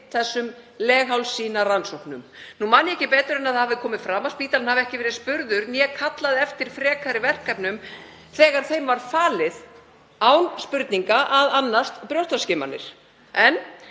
þessum leghálssýnarannsóknum. Nú man ég ekki betur en það hafi komið fram að spítalinn hafi ekki verið spurður né kallað eftir frekari verkefnum þegar þeim var falið án spurninga að annast brjóstaskimanir. En